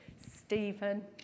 Stephen